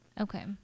okay